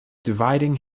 dividing